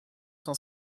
cent